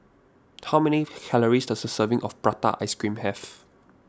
how many calories does a serving of Prata Ice Cream have